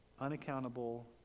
unaccountable